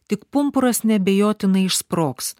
tik pumpuras neabejotinai išsprogs